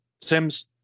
Sims